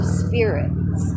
spirits